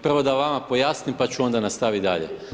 Prvo da vama pojasnim, pa ću onda nastavit dalje.